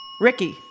Ricky